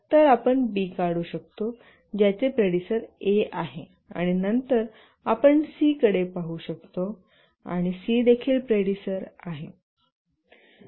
तर आपण बी काढू शकतो ज्याचे प्रेडिसर ए आहे आणि नंतर आपण सीकडे पाहू शकतो आणि सी देखील प्रेडिसर आहे